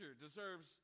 deserves